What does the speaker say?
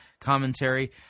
commentary